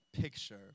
picture